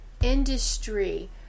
industry